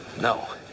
No